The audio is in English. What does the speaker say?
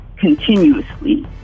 continuously